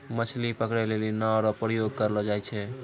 मछली पकड़ै लेली नांव रो प्रयोग करलो जाय छै